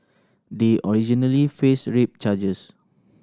they originally faced rape charges